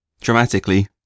dramatically